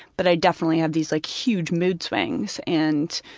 but i definitely have these like huge mood swings and,